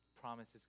promises